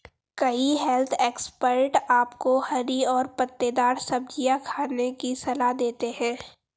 कई health expert आपको हरी और पत्तेदार सब्जियां खाने की सलाह देते हैं